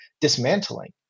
dismantling